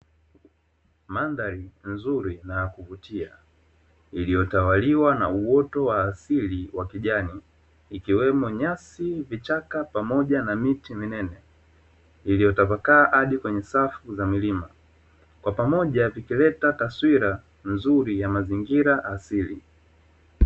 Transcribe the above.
Mandhari nzuri na ya kuvutia iliotawaliwa na uoto wa asili wa kijani ikiwemo nyasi, vichaka na miti minene iliotapakaa hadi kwenye safu za milima, kwa pamoja vikileta taswira nzuri ya mazingira asili.